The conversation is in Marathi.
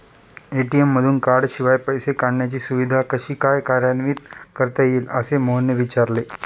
ए.टी.एम मधून कार्डशिवाय पैसे काढण्याची सुविधा कशी काय कार्यान्वित करता येईल, असे मोहनने विचारले